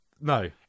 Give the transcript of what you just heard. no